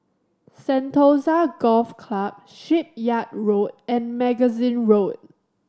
Sentosa Golf Club Shipyard Road and Magazine Road